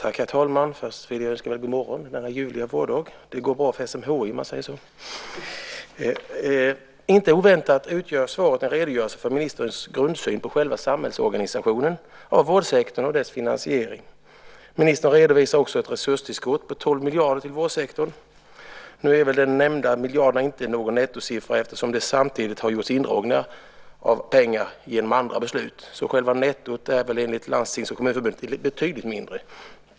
Fru talman! Jag får önska god morgon denna ljuvliga vårdag, när det så att säga går bra för SMHI. Inte oväntat utgör svaret en redogörelse för ministerns grundsyn på samhällsorganisationen inom vårdsektorn och på dess finansiering. Ministern redovisar också ett resurstillskott på 12 miljarder till vårdsektorn. Nu är väl de nämnda miljarderna inte någon nettosumma eftersom det samtidigt har gjorts indragningar av pengar genom andra beslut. Själva nettot är enligt Landstingsförbundet och Kommunförbundet betydligt mindre.